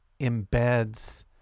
embeds